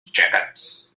jacket